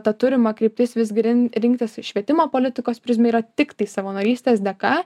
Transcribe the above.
ta turima kryptis visgi rin rinktis švietimo politikos prizmę yra tiktai savanorystės dėka